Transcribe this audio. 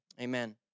amen